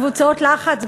קבוצות לחץ,